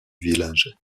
village